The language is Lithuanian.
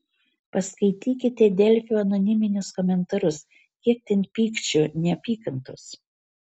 paskaitykite delfio anoniminius komentarus kiek ten pykčio neapykantos